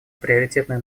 приоритетное